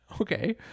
Okay